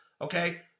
Okay